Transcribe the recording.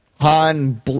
Han